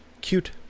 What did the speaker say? Cute